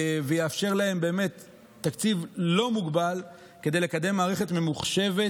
ויאפשר תקציב לא מוגבל כדי לקדם מערכת ממוחשבת